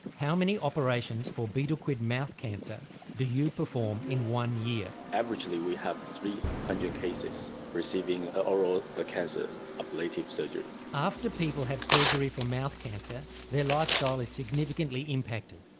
how many operations for betel quid mouth cancer do you perform in one year? averagely we have three hundred cases receiving ah oral ah cancer ablative surgery. after people have surgery for mouth cancer, their lifestyle is significantly impacted.